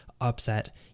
Upset